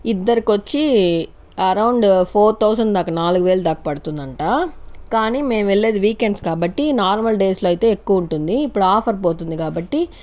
ఇద్దరికొచ్చి around four thousand దాకా నాలుగు వేల దాకా పడుతుందంట కానీ మేము వెళ్ళేది వీక్ ఎండ్స్ కాబట్టి నార్మల్ డేస్లో అయితే ఎక్కువుంటుంది ఇప్పుడు ఆఫర్ పోతుంది కాబట్టి